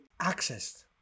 accessed